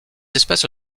espèce